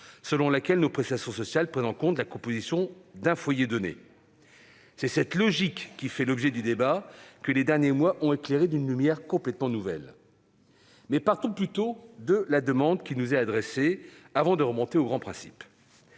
selon laquelle nos prestations sociales prennent en compte la composition d'un foyer donné. C'est cette logique qui fait l'objet du débat, que les derniers mois ont éclairé d'une lumière complètement nouvelle. Mais partons plutôt de la demande qui nous est adressée, avant de remonter aux grands principes.